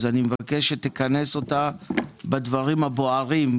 אז אני מבקש שתכנס אותה בדברים הבוערים.